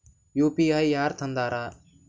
UPI ಯಾರ್ ತಂದಾರ?